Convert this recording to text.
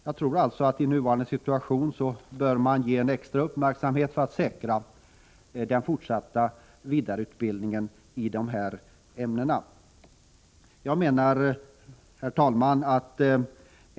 Jag tror alltså att i nuvarande situation särskild uppmärksamhet bör ägnas åt att säkra den fortsatta vidareutbildningen i naturvetenskapliga och tekniska ämnen. Herr talman!